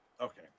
Okay